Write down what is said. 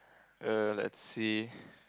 err let's see